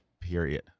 period